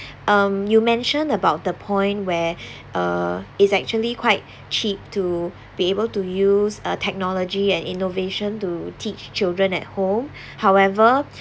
um you mentioned about the point where uh it's actually quite cheap to be able to use uh technology and innovation to teach children at home however